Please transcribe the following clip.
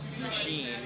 machine